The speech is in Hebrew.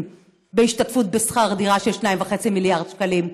בהשתתפות בשכר דירה של 2.5 מיליארד שקלים?